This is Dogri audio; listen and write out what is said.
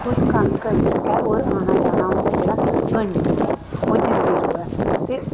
खुद कम्म करी सकै होर औना जाना उं'दा जेह्ड़ा बनी र'वै ओह् जंदी र'वै ते